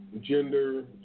gender